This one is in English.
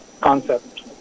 concept